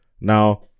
Now